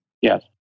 Yes